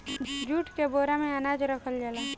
jute के बोरा में अनाज रखल जाला